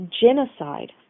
genocide